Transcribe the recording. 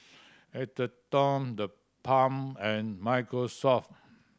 Atherton TheBalm and Microsoft